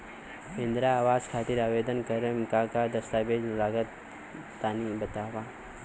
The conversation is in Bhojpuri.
इंद्रा आवास खातिर आवेदन करेम का का दास्तावेज लगा तऽ तनि बता?